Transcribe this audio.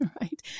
right